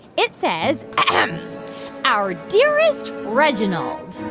it says, um our dearest reginald.